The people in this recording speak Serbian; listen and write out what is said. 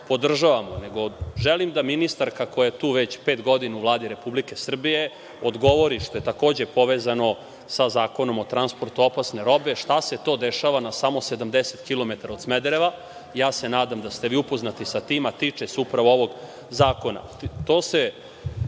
podržavamo. Želim da mi ministarka koja je tu već pet godina u Vladi Republike Srbije odgovori, što je takođe povezano za zakonom o transportu robe, šta se to dešava na samo 70 km od Smedereva. Nadam se da ste upoznati sa tim, a tiče se upravo ovog zakona. To